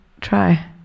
try